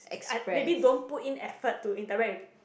I maybe don't put in effort to interact with